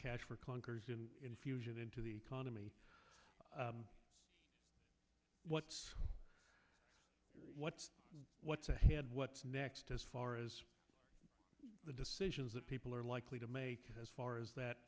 cash for clunkers infusion into the economy what what's what's ahead what's next as far as the decisions that people are likely to make as far as that